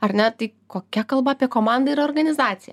ar ne tai kokia kalba apie komandą ir organizaciją